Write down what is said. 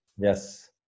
Yes